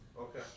Okay